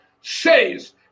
says